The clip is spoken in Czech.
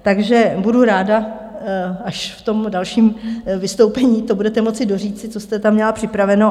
Takže budu ráda až v dalším vystoupení to budete moci doříci, co jste tam měla připraveno.